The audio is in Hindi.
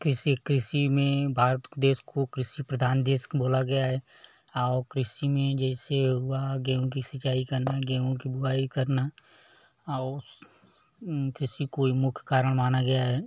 कृषि कृषि में भारत देश को कृषि प्रधान देश बोला गया है ओ कृषि में जैसे हुआ गेहूँ की सिंचाई करना गेहूँ की बुआई करना कृषि को ही मुख्य कारण माना गया है